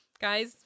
guys